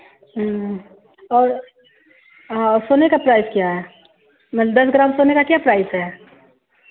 और हाँ सोने का प्राइस क्या है दस ग्राम सोने का क्या प्राइस है